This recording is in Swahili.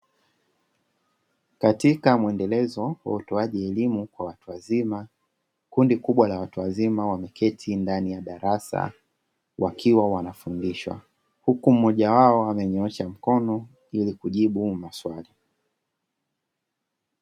Katika mwendelezo wa utoaji elimu kwa watu wazima, kundi kubwa la watu wazima wameketi ndani ya darasa wakiwa wanafundishwa huku mmoja wao amenyoosha mkono ili kujibu maswali.